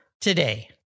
today